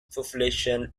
population